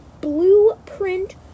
blueprint